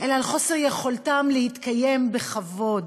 אלא על חוסר יכולתם להתקיים בכבוד